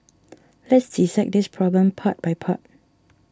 let's dissect this problem part by part